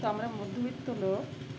তো আমরা মধ্যবিত্ব লোক